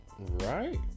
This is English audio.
Right